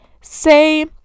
Say